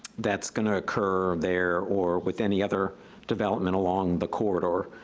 that's gonna occur there or with any other development along the corridor.